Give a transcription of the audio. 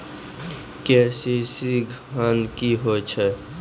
KCC ॠन की होय छै?